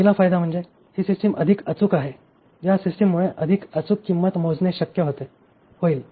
पहिला फायदा म्हणजे ही सिस्टीम अधिक अचूक आहे या सिस्टीममुळे अधिक अचूक किंमत मोजणे शक्य होईल